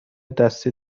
دستی